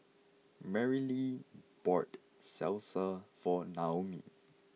Merrilee bought Salsa for Naomi